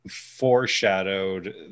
foreshadowed